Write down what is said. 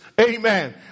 amen